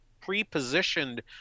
pre-positioned